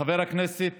לחבר הכנסת